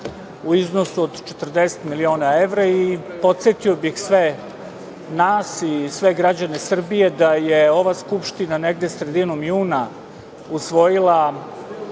u iznosu od 40 miliona evra i podsetio bih sve nas i sve građane Srbije da je ova Skupština, negde sredinom juna, usvojila